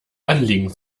anliegen